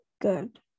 good